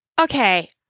Okay